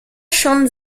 schön